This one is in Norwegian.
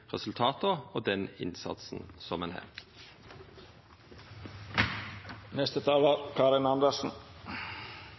resultata ein har fått, og den innsatsen som ein